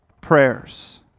prayers